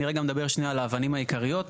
אני רגע מדבר שנייה על האבנים העיקריות.